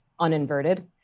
uninverted